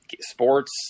sports